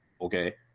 Okay